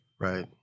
Right